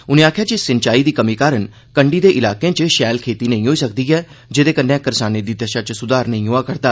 उन्ने आखेआ जे सिंचाई दी कमी कारण कंडी दे इलाके च पैल खेती नेई होई सकदी ऐ जेहदे कन्नै करसानें दी दषा च सुधार नेई होआ करदा